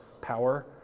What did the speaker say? power